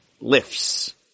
Lifts